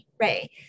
right